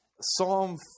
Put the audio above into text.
Psalm